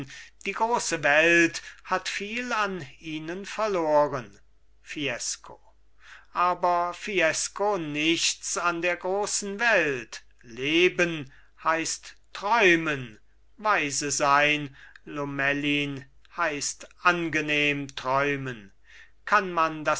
die große welt hat viel an ihnen verloren fiesco aber fiesco nichts an der großen welt leben heißt träumen weise sein lomellin heißt angenehm träumen kann man